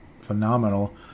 phenomenal